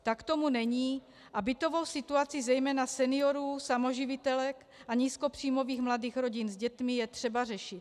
Tak tomu není a bytovou situaci zejména seniorů, samoživitelek a nízkopříjmových mladých rodin s dětmi je třeba řešit.